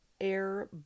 air